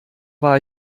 war